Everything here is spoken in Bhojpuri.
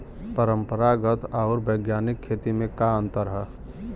परंपरागत आऊर वैज्ञानिक खेती में का अंतर ह?